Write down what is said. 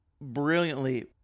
brilliantly